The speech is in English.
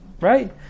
Right